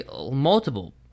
multiple